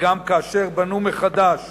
שגם כאשר בנו מחדש